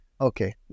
Okay